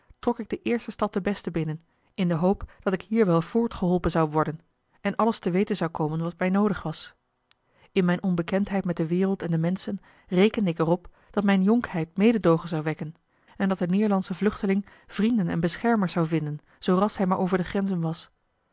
trok ik de eerste stad de beste binnen in de hoop dat ik hier wel voortgeholpen zou worden en alles te weten zou komen wat mij noodig was in mijne onbekendheid met de wereld en de menschen rekende ik er op dat mijne jonkheid mededoogen zou wekken en dat de neêrlandsche vluchteling vrienden en beschermers zou vinden zoo ras hij maar over de grenzen was